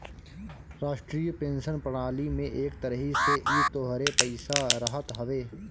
राष्ट्रीय पेंशन प्रणाली में एक तरही से इ तोहरे पईसा रहत हवे